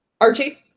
Archie